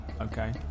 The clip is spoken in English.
Okay